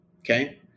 okay